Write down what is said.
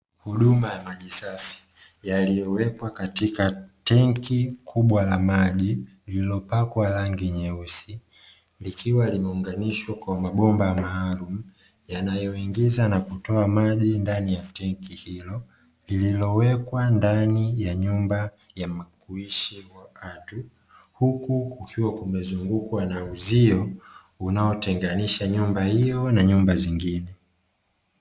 Huduma ya maji safi yaliyowekwa katika tenki kubwa la maji, lililopakwa rangi nyeusi, likiwa limeunganishwa kwa mabomba ya maalum yanayoingiza na kutoa maji ndani ya tenk hilo, lililowekwa ndani ya nyumba ya kuishi kwa watu, huku kukiwa kumezungukwa na uzio unaotenganisha nyumba hiyo na nyumba zingine.